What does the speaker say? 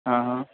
ہاں ہاں